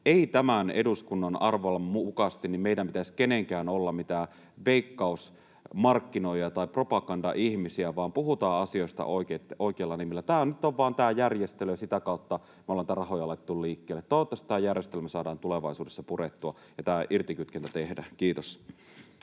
tämän eduskunnan arvovallan mukaisesti meidän kenenkään ei pitäisi olla mitään Veikkaus-markkinoijia tai propagandaihmisiä, vaan puhutaan asioista oikeilla nimillä. Tämä nyt on vain tämä järjestely, ja sitä kautta me ollaan niitä rahoja laitettu liikkeelle. Toivottavasti tämä järjestelmä saadaan tulevaisuudessa purettua ja tämä irtikytkentä tehtyä. — Kiitos.